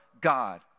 God